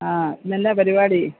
ആ ഇന്നെന്താണ് പരിപാടി